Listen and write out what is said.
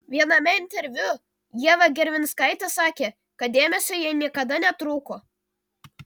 viename interviu ieva gervinskaitė sakė kad dėmesio jai niekada netrūko